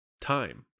time